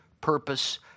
purpose